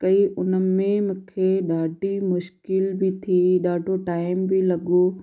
कई उन में मूंखे ॾाढी मुश्किल बि थी ॾाढो टाइम बि लॻो